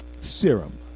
serum